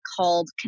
called